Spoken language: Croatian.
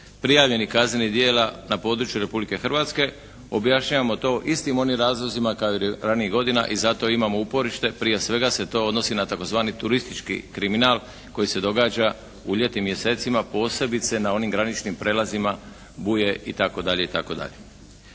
prijavljenih kaznenih djela na području Republike Hrvatske, objašnjavamo to istim onim razlozima kao i ranijih godina i za to imamo uporište, prije svega se to odnosi na tzv. turistički kriminal koji se događa u ljetnim mjesecima posebice na onim graničnim prijelazima Buje itd. itd.